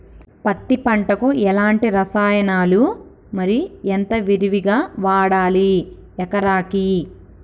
పత్తి పంటకు ఎలాంటి రసాయనాలు మరి ఎంత విరివిగా వాడాలి ఎకరాకి?